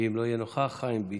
ואם לא יהיה נוכח, חיים ביטון.